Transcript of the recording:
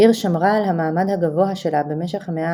העיר שמרה על המעמד הגבוה שלה במשך המאה